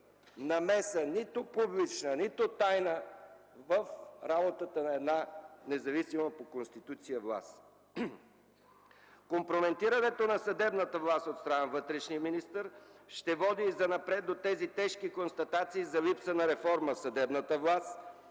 намеса – нито публична, нито тайна, в работата на една независима по Конституция власт. Компрометирането на съдебната власт от страна на вътрешния министър ще води и занапред до тези тежки констатации за липса на реформа в съдебната власт